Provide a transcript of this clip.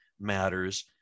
matters